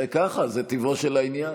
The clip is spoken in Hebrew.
ככה, זה טיבו של העניין.